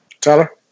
Tyler